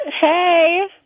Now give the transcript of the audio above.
Hey